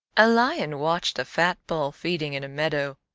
a lion watched a fat bull feeding in a meadow,